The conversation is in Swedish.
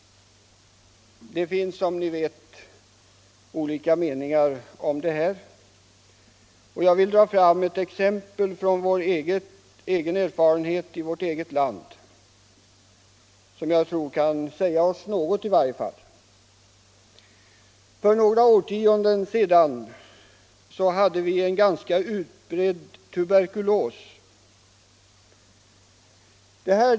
Det finns som bekant olika meningar om detta, och jag vill ta ett exempel från vårt eget land — ett exempel som kan säga oss någonting. För några årtionden sedan förekom en ganska utbredd tuberkulos i vårt land.